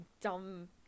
dumb